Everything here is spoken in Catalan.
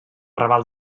raval